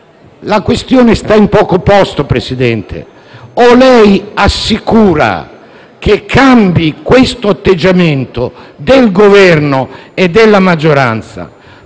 la questione sta in poco posto, signor Presidente: o lei assicura che cambi questo atteggiamento del Governo e della maggioranza,